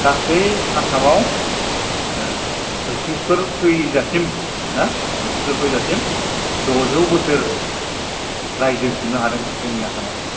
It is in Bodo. गासै आसामाव ओ बृटिसफोर फैजासिम ना बृटिसफोर फैजासिम द'जौ बोसोर रायजो खुंनो हादों जोंनि आसामाव